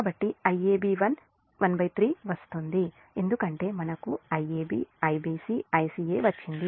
కాబట్టి Iab1 13 వ్రాస్తుంది ఎందుకంటే మనకు Iab Ibc Ica వచ్చింది